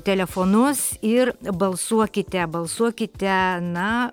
telefonus ir balsuokite balsuokite na